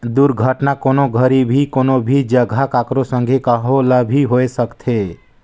दुरघटना, कोनो घरी भी, कोनो भी जघा, ककरो संघे, कहो ल भी होए सकथे